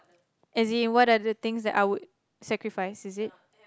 as in what are the things that I would sacrifice is it